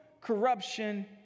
corruption